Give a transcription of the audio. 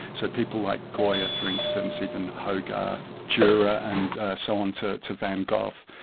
so people like goya, for instance, even hogarth, durer and so on, to to van gough,